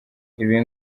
ibi